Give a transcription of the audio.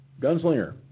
Gunslinger